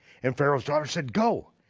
and pharaoh's daughter said go.